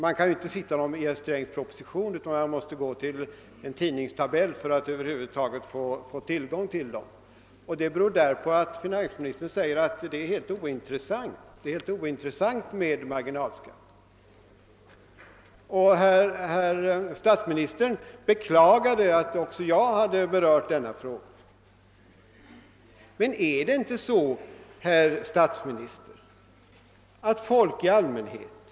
Man kan inte hitta dem i herr Strängs proposition utan måste gå till en tidningstabell för att över huvud taget få tillgång till dem, och det beror därpå att finansministern säger att det är helt ointressant med marginalskatt. Herr statsministern beklagade nyss att också jag hade berört denna fråga, men är det inte så, herr statsminister, att den intresserar folk i allmänhet?